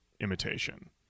imitation